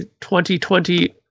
2020